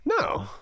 No